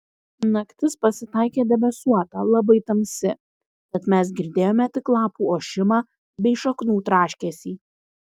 naktis pasitaikė debesuota labai tamsi tad mes girdėjome tik lapų ošimą bei šaknų traškesį